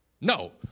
No